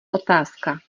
otázka